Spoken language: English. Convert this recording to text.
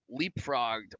leapfrogged